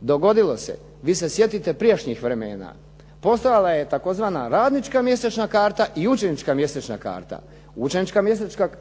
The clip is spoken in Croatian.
Dogodilo se, vi se sjetite prijašnjih vremena. Postojala je tzv. radnička mjesečna karta i učenička mjesečna karta. Učenička